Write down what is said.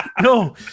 No